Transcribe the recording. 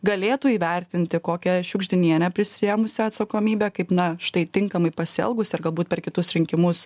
galėtų įvertinti kokią šiugždinienę prisiėmusią atsakomybę kaip na štai tinkamai pasielgusią ir galbūt per kitus rinkimus